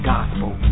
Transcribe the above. Gospel